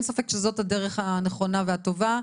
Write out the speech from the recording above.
ואין ספק שזאת הדרך הנכונה והטובה.